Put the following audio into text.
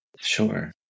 Sure